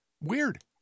Weird